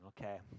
okay